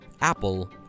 apple